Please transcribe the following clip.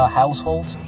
households